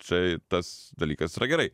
čia tas dalykas yra gerai